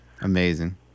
Amazing